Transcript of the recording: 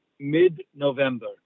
mid-November